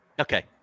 Okay